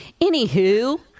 Anywho